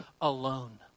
alone